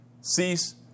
Cease